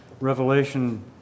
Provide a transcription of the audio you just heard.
Revelation